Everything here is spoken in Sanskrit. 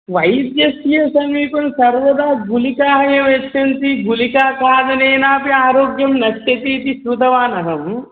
वैद्यस्य समीपं सर्वदा गुलिकाः एव यच्छन्ति गुलिका कारणेनापि आरोग्यं नश्यतीति शृतवानहं